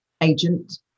agent